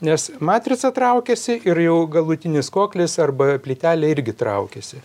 nes matrica traukiasi ir jau galutinis koklis arba plytelė irgi traukiasi